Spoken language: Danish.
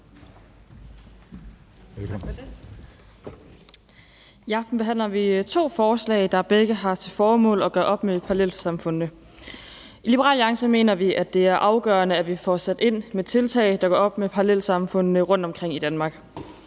I aften behandler vi to forslag, der begge har til formål at gøre op med parallelsamfundene. I Liberal Alliance mener vi, at det er afgørende, at vi får sat ind med tiltag, der gør op med parallelsamfundene rundtomkring i Danmark.